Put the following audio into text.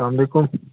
السلام علیکُم